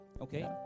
Okay